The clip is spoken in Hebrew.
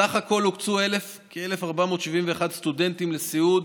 סך הכול הוקצו 1,471 סטודנטים לסיעוד,